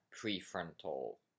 pre-frontal